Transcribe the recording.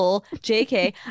JK